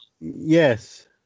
Yes